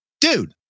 Dude